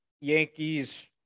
Yankees